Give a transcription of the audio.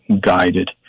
guided